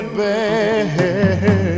bad